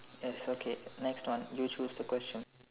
yes okay next one you choose the question